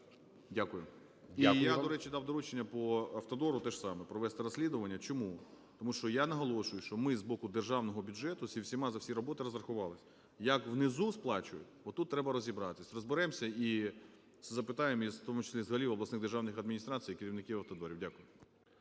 В.Б. І я, до речі, дав доручення: поавтодору теж саме провести розслідування. Чому? Тому що, я наголошую, що ми з боку державного бюджету зі всіма за всі роботи розрахувались. Як внизу сплачують, отут треба розібратись. Розберемся і запитаємо, в тому числі з голів обласних державних адміністрацій і керівників автодорів. Дякую.